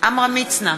עמרם מצנע,